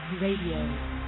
Radio